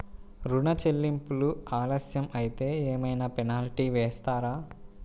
ఋణ చెల్లింపులు ఆలస్యం అయితే ఏమైన పెనాల్టీ వేస్తారా?